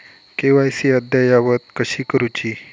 KYC अद्ययावत कशी करुची?